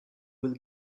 will